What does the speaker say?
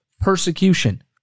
persecution